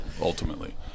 ultimately